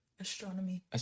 astronomy